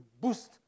boost